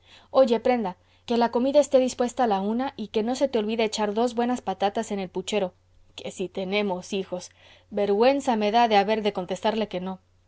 oye prenda que la comida esté dispuesta a la una y que no se te olvide echar dos buenas patatas en el puchero que si tenemos hijos vergüenza me da de haber de contestarle que no